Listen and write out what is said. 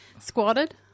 squatted